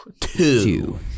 Two